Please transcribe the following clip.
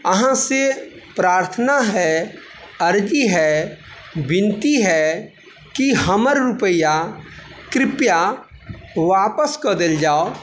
अहाँसँ प्रार्थना है अर्जी है विनती है कि हमर रुपैआ कृपया वापस कऽ देल जाउ